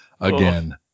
again